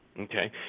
Okay